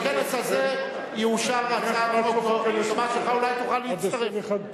בכנס הזה, יאושר, אולי תוכל להצטרף.